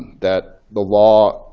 that the law,